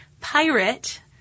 pirate